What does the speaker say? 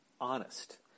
honest